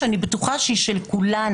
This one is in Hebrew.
שאני בטוחה שהיא של כולנו,